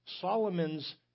Solomon's